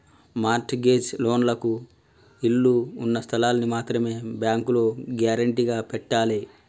mart gauge లోన్లకు ఇళ్ళు ఉన్న స్థలాల్ని మాత్రమే బ్యేంకులో గ్యేరంటీగా పెట్టాలే